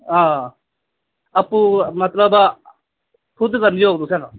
हां आपूं मतलब खुद करनी होग तु'सें तां